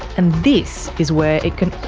and this is where it can